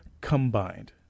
combined